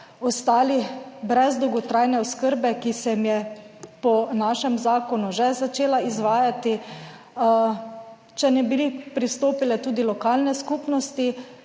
ostali brez dolgotrajne oskrbe, ki se jim je po našem zakonu že začela izvajati, če ne bi pristopile tudi lokalne skupnosti,